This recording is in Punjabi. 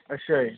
ਅੱਛਾ ਜੀ